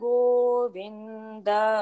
Govinda